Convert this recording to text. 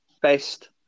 best